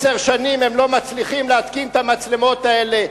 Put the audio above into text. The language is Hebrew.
עשר שנים הם לא מצליחים להתקין את המצלמות האלה.